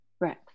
right